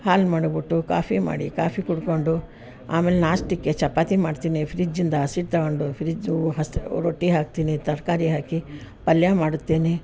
ಹಾಲು ಮಾಡಿಬಿಟ್ಟು ಕಾಫಿ ಮಾಡಿ ಕಾಫಿ ಕುಡಕೊಂಡು ಆಮೇಲೆ ನಾಷ್ಟಕ್ಕೆ ಚಪಾತಿ ಮಾಡ್ತೀನಿ ಫ್ರಿಡ್ಜಿಂದ ಹಸಿ ತಗೊಂಡು ಫ್ರಿಡ್ಜ್ ಹಸಿ ರೊಟ್ಟಿ ಹಾಕ್ತೀನಿ ತರಕಾರಿ ಹಾಕಿ ಪಲ್ಯ ಮಾಡ್ತೀನಿ